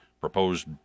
proposed